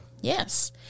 Yes